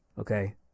Okay